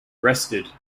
arrested